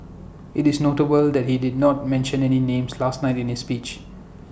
IT is notable that he did not mention any names last night in his speech